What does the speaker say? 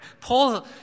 Paul